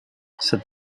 said